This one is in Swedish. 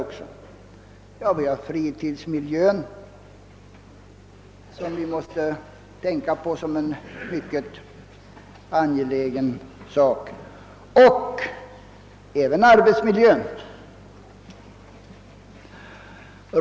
Vi måste också tänka på fritidsmiljön som är en mycket angelägen sak och även på arbetsmiljön.